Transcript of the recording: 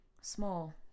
Small